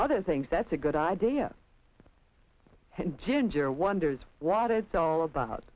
mother things that's a good idea and ginger wonders what it's all about